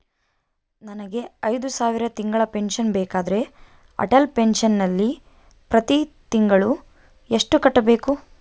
ನನಗೆ ಐದು ಸಾವಿರ ತಿಂಗಳ ಪೆನ್ಶನ್ ಬೇಕಾದರೆ ಅಟಲ್ ಪೆನ್ಶನ್ ನಲ್ಲಿ ಪ್ರತಿ ತಿಂಗಳು ಎಷ್ಟು ಕಟ್ಟಬೇಕು?